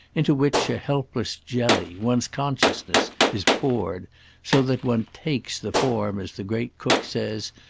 into which, a helpless jelly, one's consciousness is poured so that one takes the form as the great cook says,